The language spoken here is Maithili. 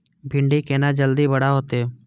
भिंडी केना जल्दी बड़ा होते?